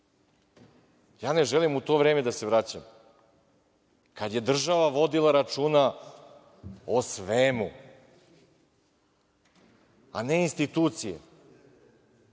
Ne želim u to vreme da se vraćam kada je država vodila računa o svemu, a ne institucije,